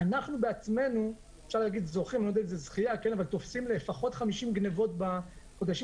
אנחנו בעצמנו תופסים לפחות 50 גניבות בחודשים